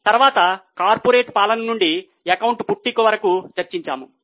తర్వాత కార్పొరేటు పాలన నుండి ఎకౌంటు పుట్టుక చర్చించాము